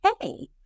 Hey